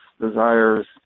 desires